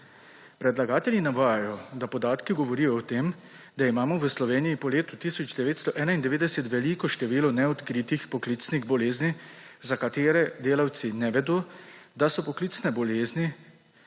Predlagatelji navajajo, da podatki govorijo o tem, da imamo v Sloveniji po letu 1991 veliko število neodkritih poklicnih bolezni, za katere delavci ne vedo, da so poklicne bolezni,